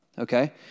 okay